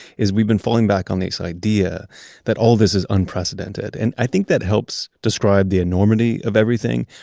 is we've been falling back on this idea that all this is unprecedented and i think that helps describe the enormity of everything,